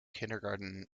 kindergarten